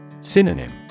Synonym